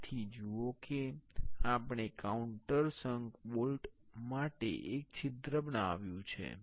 તેથી જુઓ કે આપણે કાઉન્ટરસંક બોલ્ટ માટે એક છિદ્ર બનાવ્યું છે